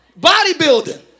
bodybuilding